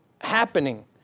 happening